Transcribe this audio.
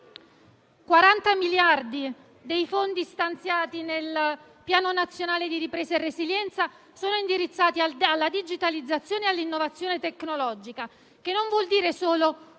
40 miliardi dei fondi stanziati nel Piano nazionale di ripresa e resilienza sono indirizzati alla digitalizzazione e all'innovazione tecnologica che non vuol dire solo